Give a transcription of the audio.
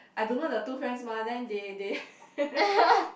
I don't know the two friends mah then they they